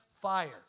fire